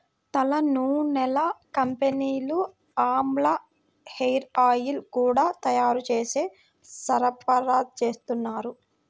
తలనూనెల కంపెనీలు ఆమ్లా హేరాయిల్స్ గూడా తయ్యారు జేసి సరఫరాచేత్తన్నారు